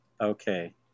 Okay